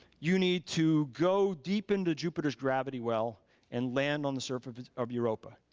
you need to go deep into jupiter's gravity well and land on the surface of europa.